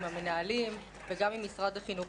עם המנהלים וגם עם משרד החינוך.